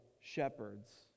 shepherds